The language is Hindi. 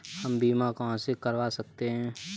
हम बीमा कहां से करवा सकते हैं?